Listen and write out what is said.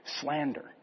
slander